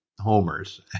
homers